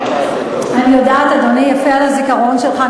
אני יודעת, אדוני, יפה, על הזיכרון שלך.